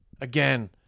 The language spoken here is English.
Again